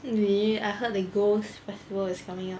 really I heard the ghost festival is coming up